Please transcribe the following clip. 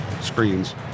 screens